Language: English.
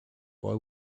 boy